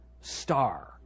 star